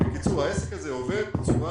בקיצור, העסק הזה עובד בצורה